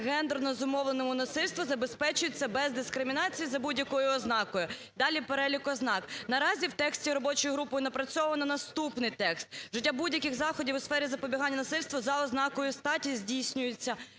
гендерно зумовленому насильству забезпечується без дискримінації за будь-якою ознакою". Далі перелік ознак. Наразі в тексті робочою групою напрацьовано наступний текст "вжиття будь-яких заходів у сфері запобіганню насильства за ознакою статті здійснюється"